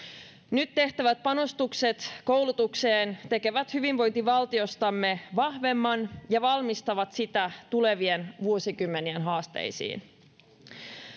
nyt tehtävät panostukset koulutukseen tekevät hyvinvointivaltiostamme vahvemman ja valmistavat sitä tulevien vuosikymmenien haasteisiin